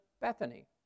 Bethany